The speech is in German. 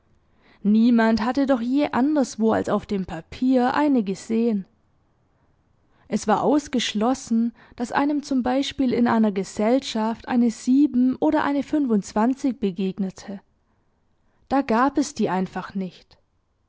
niemand hatte doch je anderswo als auf dem papier eine gesehen es war ausgeschlossen daß einem zum beispiel in einer gesellschaft eine sieben oder eine fünfundzwanzig begegnete da gab es die einfach nicht